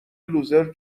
لوزر